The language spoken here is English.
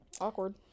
Awkward